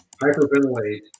hyperventilate